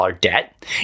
debt